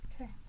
Okay